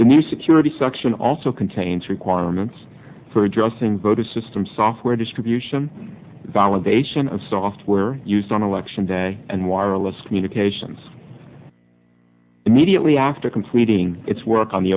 the new security section also contains requirements for addressing both a system software distribution validation of software used on election day and wireless communications immediately after completing its work